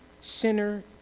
sinner